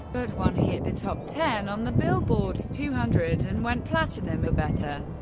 but one hit the top ten on the billboard two hundred and went platinum or better.